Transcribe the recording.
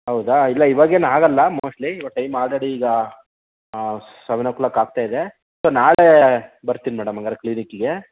ಹೌದಾ ಇಲ್ಲ ಇವಾಗೇನಾಗಲ್ಲ ಮೋಸ್ಟ್ಲಿ ಈವಾಗ ಟೈಮ್ ಆಲ್ರೆಡಿ ಈಗ ಸೆವೆನ್ ಒ ಕ್ಲಾಕ್ ಆಗ್ತಾಯಿದೆ ಸೊ ನಾಳೆ ಬರ್ತೀನಿ ಮೇಡಮ್ ಹಾಗಾರೆ ಕ್ಲಿನಿಕ್ಗೆ